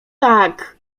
tak